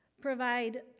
provide